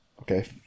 okay